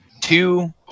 two